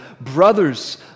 Brothers